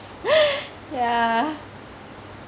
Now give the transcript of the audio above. yeah